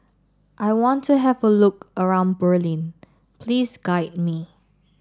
I want to have a look around Berlin please guide me